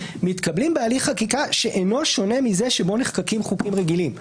מתקבלים בהליך חקיקה שאינו שונה מזה שבו נחקקים חוקים רגילים.